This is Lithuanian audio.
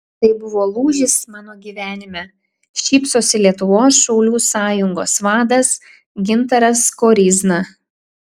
tai buvo lūžis mano gyvenime šypsosi lietuvos šaulių sąjungos vadas gintaras koryzna